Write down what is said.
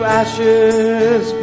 ashes